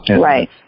Right